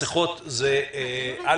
מסכות זה א',